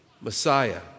Messiah